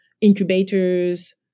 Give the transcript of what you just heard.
incubators